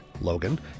Logan